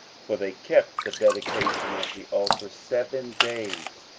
for they kept the dedication of the altar seven days,